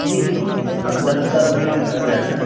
नहीं डॉक्टर साहब दस हज़ार रुपए करीब खर्च हो जाएगा